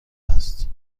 است